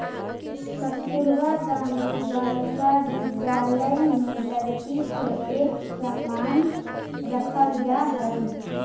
कस्तूरबा गांधी बालिका विद्यालय में लड़की के एक समान रखल जा हइ